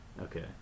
Okay